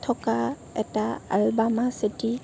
থকা এটা Alabama city